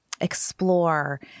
explore